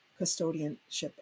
custodianship